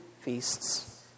feasts